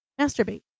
masturbate